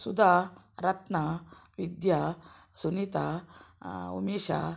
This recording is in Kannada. ಸುಧಾ ರತ್ನ ವಿದ್ಯಾ ಸುನೀತಾ ಉಮೇಶ